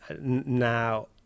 now